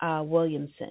williamson